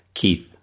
Keith